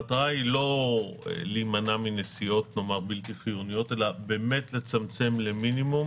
המטרה היא לא להימנע מנסיעות בלתי חיוניות אלא באמת לצמצם למינימום